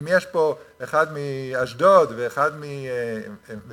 אם יש פה אחד מאשדוד ואחד מתל-אביב,